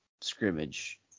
scrimmage